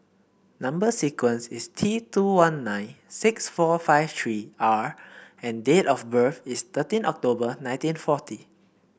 number sequence is T two one nine six four five three R and date of birth is thirteen October nineteen forty